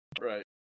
Right